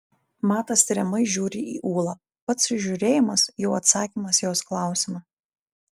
matas tiriamai žiūri į ūlą pats šis žiūrėjimas jau atsakymas į jos klausimą